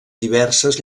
diverses